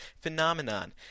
phenomenon